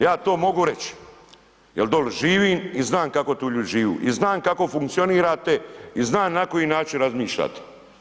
Ja to mogu reći jer dolje živim i znam kako tamo ljudi žive i znam kako funkcionirate i znam na koji način razmišljate.